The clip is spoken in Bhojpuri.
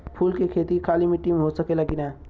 फूल के खेती काली माटी में हो सकेला की ना?